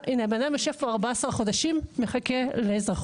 הנה, בן אדם יושב פה 14 חודשים ומחכה לאזרחות.